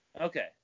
Okay